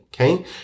Okay